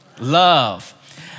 Love